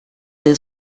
del